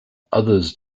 others